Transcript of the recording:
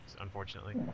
unfortunately